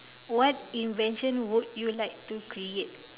what invention would you like to create